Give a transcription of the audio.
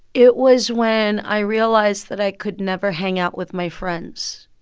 it was when i realized that i could never hang out with my friends.